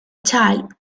child